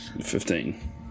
Fifteen